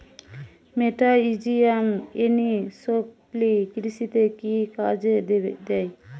মেটাহিজিয়াম anisopliae কৃষিতে কি কাজে দেয়?